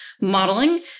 modeling